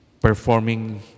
performing